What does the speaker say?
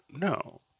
no